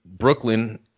Brooklyn